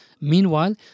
Meanwhile